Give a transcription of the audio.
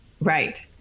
Right